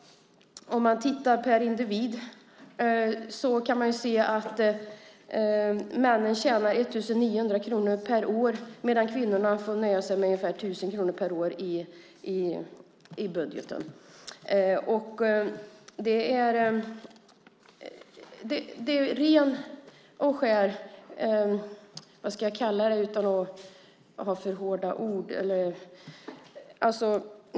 Man kan se att männen tjänar 1 900 kronor per år, medan kvinnorna får nöja sig med ungefär 1 000 kronor per år i budgeten. Det är ren och skär - vad ska jag kalla det utan att ha för hårda ord?